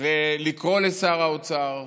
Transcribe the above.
ולקרוא לשר האוצר,